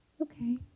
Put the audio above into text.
Okay